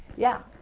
yeah,